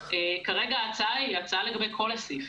כרגע ההצעה היא לגבי כל הסעיפים.